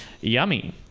Yummy